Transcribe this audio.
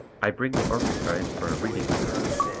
i bring the orchestra in for a reading rehearsal,